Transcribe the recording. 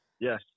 Yes